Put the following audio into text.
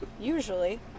usually